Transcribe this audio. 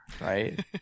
right